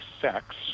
Sex